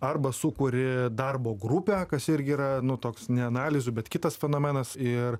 arba sukuri darbo grupę kas irgi yra nu toks ne analizių bet kitas fenomenas ir